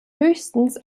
höchstens